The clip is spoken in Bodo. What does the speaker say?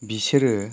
बिसोरो